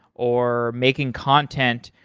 or making content.